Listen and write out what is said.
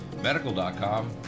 medical.com